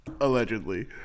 Allegedly